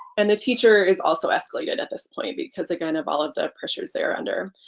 and the teacher is also escalated at this point because i kind of all of the pressures they're under.